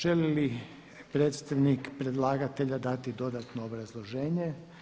Želi li predstavnik predlagatelja dati dodatno obrazloženje?